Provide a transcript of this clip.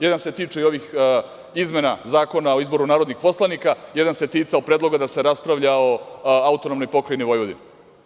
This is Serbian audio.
Jedan se tiče i ovih izmena Zakona o izboru narodnih poslanika, jedan se ticao predloga da se raspravlja o AP Vojvodini.